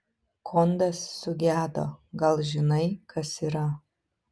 kondas sugedo gal žinai kas yra